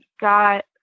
got